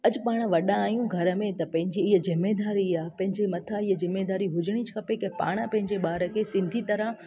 अॼु पाण वॾा आहियूं घर में त पंहिंजे हीअ ज़िमेदारी आहे पंहिंजे मथां इहा ज़िमेदारी हुजिणी खपे की पाण पंहिंजे ॿार खे सिधी तरह